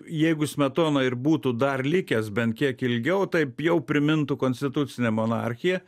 jeigu smetona ir būtų dar likęs bent kiek ilgiau taip jau primintų konstitucinę monarchiją